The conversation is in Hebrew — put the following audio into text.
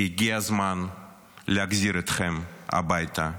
כי הגיע הזמן להחזיר אתכם הביתה.